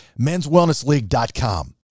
Menswellnessleague.com